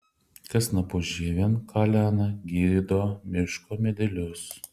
kas snapu žievėn kalena gydo miško medelius